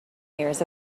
years